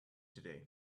today